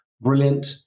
brilliant